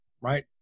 right